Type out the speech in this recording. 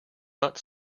not